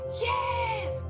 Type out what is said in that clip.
yes